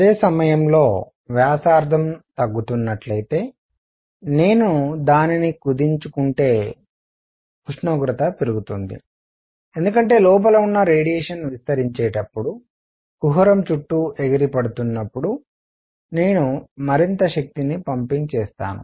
అదే సమయంలో వ్యాసార్థం తగ్గుతున్నట్లయితే నేను దానిని కుదించుకుంటే ఉష్ణోగ్రత పెరుగుతుంది ఎందుకంటే లోపల ఉన్న రేడియేషన్ విస్తరించేటప్పుడు కుహరం చుట్టూ ఎగిరిపడుతున్నపుడు నేను మరింత శక్తిని పంపింగ్ చేస్తాను